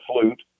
flute